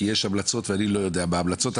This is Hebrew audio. כי יש המלצות ואני לא יודע מה ההמלצות.